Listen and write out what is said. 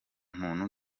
muntu